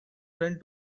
friend